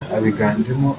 abiganjemo